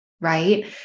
right